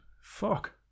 Fuck